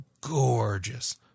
gorgeous